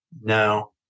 No